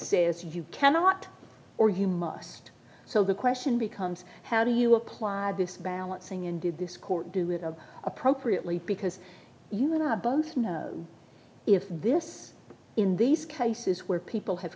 says you cannot or you must so the question becomes how do you apply this balancing in did this court do it of appropriately because you have both know if this in these cases where people have